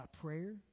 prayer